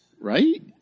right